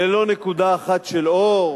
ללא נקודה אחת של אור.